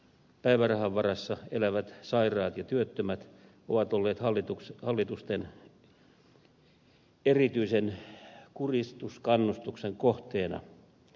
päivärahan varassa elävät sairaat ja työttömät ovat olleet hallitusten erityisen kuristuskannustuksen kohteena